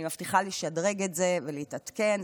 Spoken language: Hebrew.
אני מבטיחה לשדרג את זה ולהתעדכן,